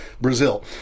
Brazil